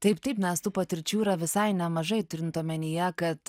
taip taip nes tų patirčių yra visai nemažai turint omenyje kad